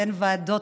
אין ועדות,